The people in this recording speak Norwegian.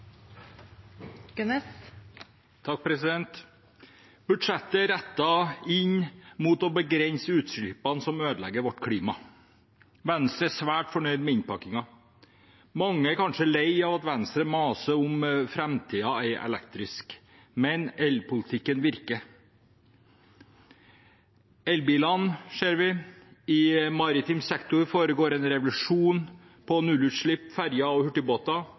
inn mot å begrense utslippene som ødelegger vårt klima. Venstre er svært fornøyd med innpakningen. Mange er kanskje lei av at Venstre maser om at framtiden er elektrisk, men elpolitikken virker: Elbilene ser vi, i maritim sektor foregår det en revolusjon, nullutslipp fra ferger og hurtigbåter